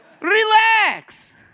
Relax